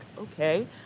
okay